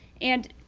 and,